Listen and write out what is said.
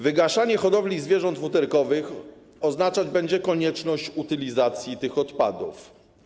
Wygaszanie hodowli zwierząt futerkowych oznaczać będzie konieczność utylizacji tych odpadów.